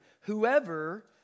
Whoever